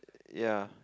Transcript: ya